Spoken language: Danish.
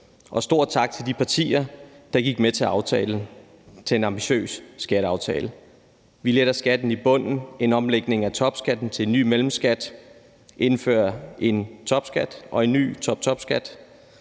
Og stor tak til de partier, der gik med til en ambitiøs skatteaftale. Vi letter skatten i bunden, omlægger topskatten til en ny mellemskat og indfører en topskat og en ny toptopskat.